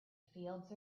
fields